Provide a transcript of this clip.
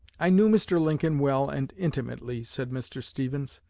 i knew mr. lincoln well and intimately, said mr. stephens.